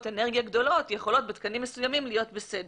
אנרגיה גדולות להיות בתקנים מסוימים להיות בסדר.